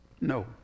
No